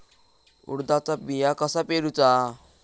उडदाचा बिया कसा पेरूचा?